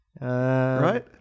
Right